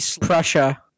Prussia